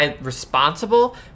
responsible